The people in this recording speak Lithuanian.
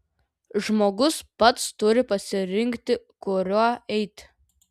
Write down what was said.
žmogus pats turi pasirinkti kuriuo eiti